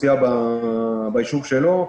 כך נדבר על איך הוא מופץ ולמה הוא משמש.